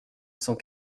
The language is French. cent